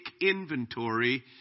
inventory